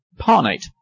parnate